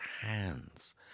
hands